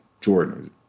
Jordan